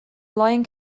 lion